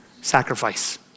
Sacrifice